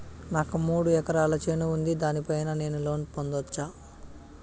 నాకు మూడు ఎకరాలు చేను ఉంది, దాని పైన నేను లోను పొందొచ్చా?